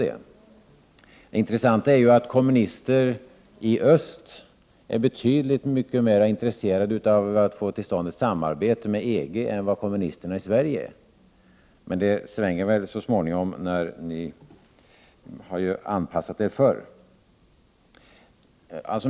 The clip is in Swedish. Det intressanta är att kommunister i öst är mycket mer intresserade av att få till stånd ett samarbete med EG än vad kommunister i Sverige är. Men det svänger väl så småningom, ni har ju anpassat er förr.